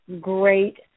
Great